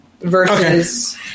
versus